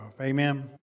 Amen